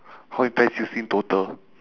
how many pears do you see in total